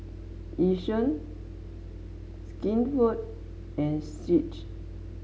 Yishion Skinfood and Schick